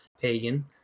pagan